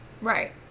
right